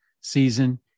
season